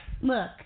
Look